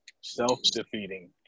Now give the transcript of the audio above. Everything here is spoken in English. self-defeating